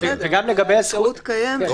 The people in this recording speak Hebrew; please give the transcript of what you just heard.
כן, אבל הזכות קיימת.